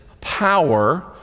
power